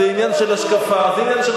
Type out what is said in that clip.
אתה אורח לא רצוי.